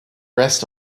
rest